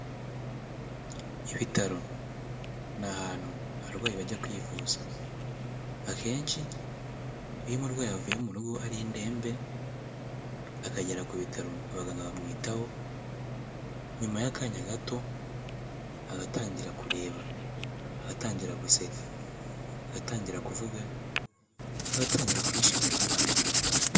Ibitaro ni ahantu abarwayi bajya kwivuza, akenshi iyo umurwayi avuye mu rugo ari indembe akagera ku bitaro abaganga bamwitaho, nyuma y'akanya gato agatangira kureba, agatangira guseka, agatangira kuvuga, agatangira kwishimana n'abandi.